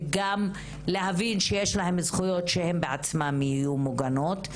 וגם להבין שיש להן זכויות שהן בעצמן יהיו מוגנות.